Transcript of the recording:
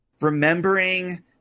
remembering